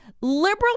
Liberal